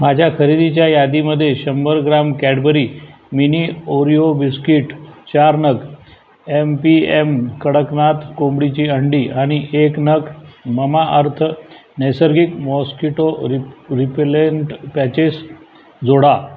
माझ्या खरेदीच्या यादीमध्ये शंभर gram Cadbury mini Oreo biscuit चार नग एम पी एम कडकनाथ कोंबडीची अंडी आणि एक नग ममाअर्थ नैसर्गिक मॉस्क्युटो रिप रिपेलेंट पॅचेस जोडा